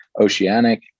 oceanic